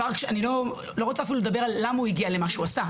אני לא רוצה אפילו לדבר על למה הוא הגיע למה שהוא עשה.